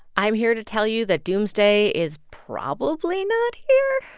i'm here to tell you that doomsday is probably not here